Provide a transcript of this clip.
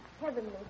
Heavenly